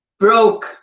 broke